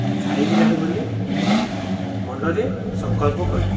ଖାଇବି ନାହିଁ ବୋଲି ମନରେ ସଂକଳ୍ପ କଲି